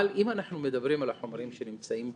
אבל אם אנחנו מדברים על החומרים שנמצאים בארץ,